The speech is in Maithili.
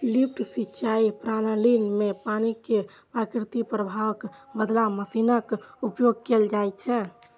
लिफ्ट सिंचाइ प्रणाली मे पानि कें प्राकृतिक प्रवाहक बदला मशीनक उपयोग कैल जाइ छै